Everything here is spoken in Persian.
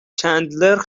چندلر